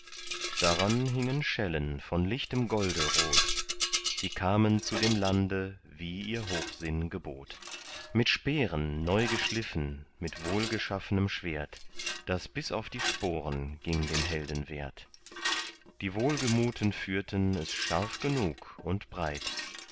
daran hingen schellen von lichtem golde rot sie kamen zu dem lande wie ihr hochsinn gebot mit speeren neu geschliffen mit wohlgeschaffnem schwert das bis auf die sporen ging den helden wert die wohlgemuten führten es scharf genug und breit